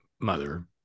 mother